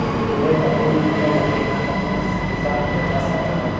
मुरई पतई म कीड़ा लगे ह कतना स बचा सकथन?